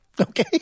Okay